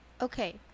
Okay